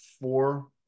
four